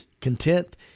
content